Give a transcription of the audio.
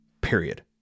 period